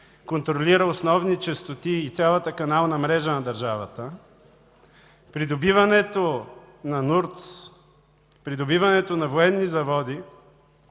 контролира основни честоти и цялата канална мрежа на държавата, придобиването на НУРТС, придобиването на военни заводи